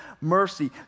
mercy